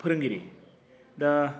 फोरोंगिरि दा